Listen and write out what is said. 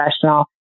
professional